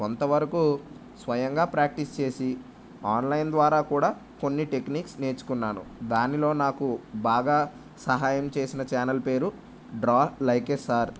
కొంతవరకు స్వయంగా ప్రాక్టీస్ చేసి ఆన్లైన్ ద్వారా కూడా కొన్ని టెక్నిక్స్ నేర్చుకున్నాను దానిలో నాకు బాగా సహాయం చేసిన ఛానల్ పేరు డ్రా లైక్ ఏ సార్